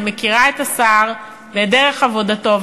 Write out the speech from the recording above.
אני מכירה את השר ואת דרך עבודתו,